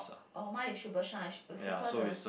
oh mine is super shine circle the